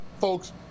folks